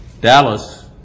Dallas